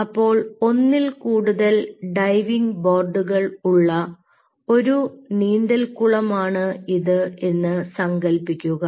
അപ്പോൾ ഒന്നിൽ കൂടുതൽ ഡൈവിംഗ് ബോർഡുകൾ ഉള്ള ഒരു നീന്തൽ കുളം ആണ് ഇത് എന്ന് സങ്കല്പിക്കുക